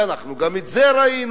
ואנחנו גם את זה ראינו.